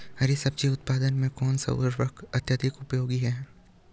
हरी सब्जी उत्पादन में कौन सा उर्वरक अत्यधिक उपयोगी है?